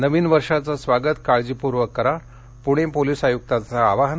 नवीन वर्षाचं स्वागत काळजीपूर्वक करा पुणे पोलिस आयुक्तांचं आवाहन